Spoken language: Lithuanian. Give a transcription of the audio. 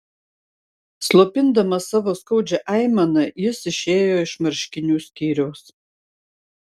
slopindamas savo skaudžią aimaną jis išėjo iš marškinių skyriaus